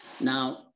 Now